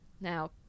Now